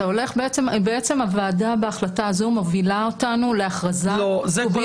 בעצם הוועדה בהחלטה הזאת מובילה אותנו להכרזה to be